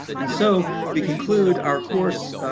and so we conclude our course,